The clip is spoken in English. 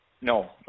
No